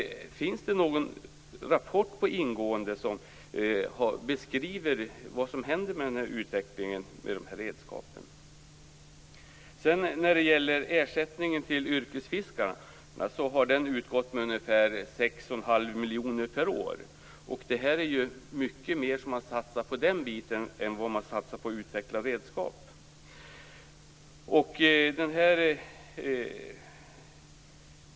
Finns det någon rapport på ingående som beskriver vad som händer i utvecklingen av de här redskapen? Ersättningen till yrkesfiskarna har utgått med ungefär 6 1⁄2 miljoner kronor per år. Det satsas alltså mycket mer på detta än på att utveckla redskap.